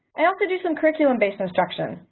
i also do some curriculum-based instruction.